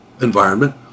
environment